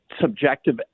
subjective